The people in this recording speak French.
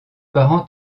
parents